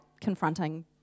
confronting